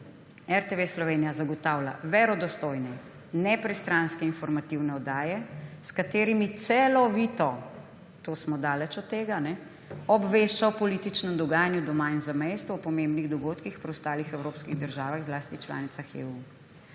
»RTV Slovenija zagotavlja verodostojne, nepristranske informativne oddaje, s katerimi celovito,« smo daleč od tega, »obvešča o političnem dogajanju doma in v zamejstvu, o pomembnih dogodkih v preostalih evropskih državah, zlasti članicah EU,